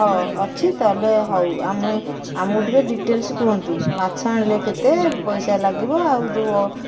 ହଉ ଅଛି ତା'ହେଲେ ହଉ ଆମେ ଆମକୁ ଟିକେ ଡିଟେଲ୍ସ କୁହନ୍ତୁ ମାଛ ଆଣିଲେ କେତେ ପଇସା ଲାଗିବ ଆଉ ଯେଉଁ